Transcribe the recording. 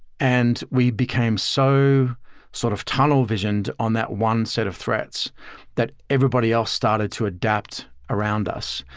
and we became so sort of tunnel visioned on that one set of threats that everybody else started to adapt around us.